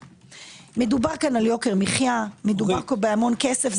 מדובר פה על יוקר מחיה, בהמון כסף.